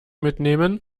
mitnehmen